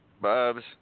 Bubs